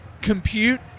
compute